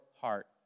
heart